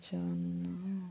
ଜନ